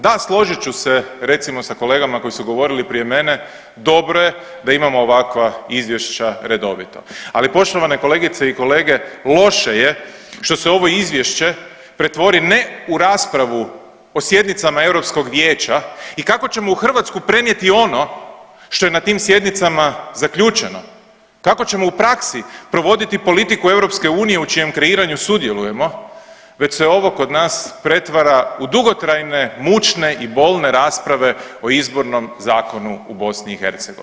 Da, složit ću se recimo sa kolegama koji su govorili prije mene, dobro je da imamo ovakva izvješća redovito, ali poštovane kolegice i kolege loše je što se ovo izvješće pretvori ne u raspravu o sjednicama Europskog vijeća i kako ćemo u Hrvatsku prenijeti ono što je na tim sjednicama zaključeno, kako ćemo u praksi provoditi politiku EU u čijem kreiranju sudjelujemo već se ovo kod nas pretvara u dugotrajne, mučne i bolne rasprave o Izbornom zakonu u BiH.